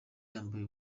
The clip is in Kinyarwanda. yambaye